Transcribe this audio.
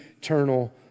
eternal